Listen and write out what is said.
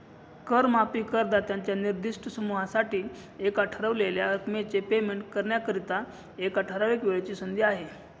कर माफी करदात्यांच्या निर्दिष्ट समूहासाठी एका ठरवलेल्या रकमेचे पेमेंट करण्याकरिता, एका ठराविक वेळेची संधी आहे